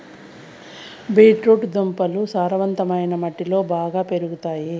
beet root దుంపలు సారవంతమైన మట్టిలో బాగా పెరుగుతాయి